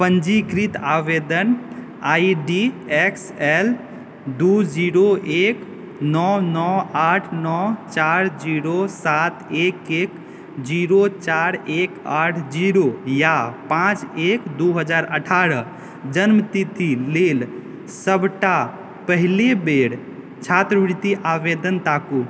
पञ्जीकृत आवेदन I D X L दू जीरो एक नओ नओ आठ नओ चारि जीरो सात एक एक जीरो चार एक आठ जीरो या पाँच एक दू हजार अठारह जन्मतिथि लेल सबटा पहिले बेर छात्रवृति आवेदन ताकू